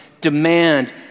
demand